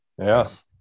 Yes